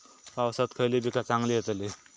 पावसात खयली पीका चांगली येतली?